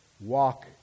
walk